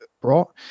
brought